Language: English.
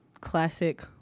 classic